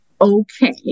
okay